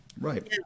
Right